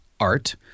art